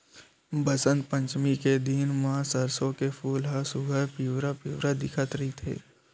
बसंत पचमी के दिन म सरसो के फूल ह सुग्घर पिवरा पिवरा दिखत रहिथे